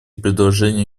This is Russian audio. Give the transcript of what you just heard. предложения